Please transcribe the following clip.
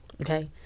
Okay